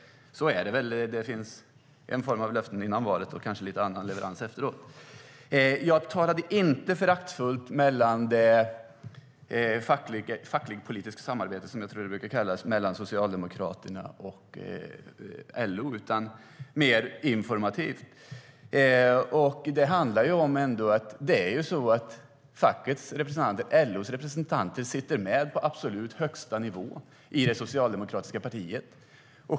Så är det väl - det finns löften före valet och kanske lite annan leverans efteråt. Jag talade inte föraktfullt om det facklig-politiska samarbetet, som jag tror att det brukar kallas, mellan Socialdemokraterna och LO, utan det jag sa var mer informativt. Fackets, LO:s representanter, sitter ju med på absolut högsta nivå i det socialdemokratiska partiet.